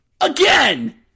Again